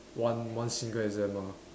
one one single exam ah